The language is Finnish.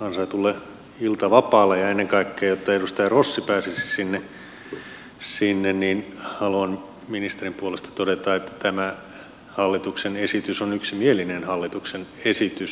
ansaitulle iltavapaalle ja ennen kaikkea jotta edustaja rossi pääsisi sinne niin haluan ministerin puolesta todeta että tämä hallituksen esitys on yksimielinen hallituksen esitys